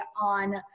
on